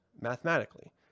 mathematically